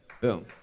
Boom